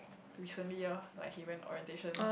recently ah like he went orientation